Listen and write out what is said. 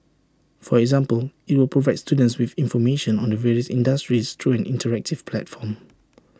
for example IT will provide students with information on the various industries through an interactive platform